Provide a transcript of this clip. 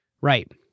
Right